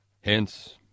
hence